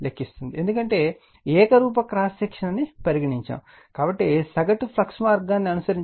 ఎందుకంటే ఏకరూప cross section అని పరిగణించాము కాబట్టి సగటు ఫ్లక్స్ మార్గాన్ని అనుసరించండి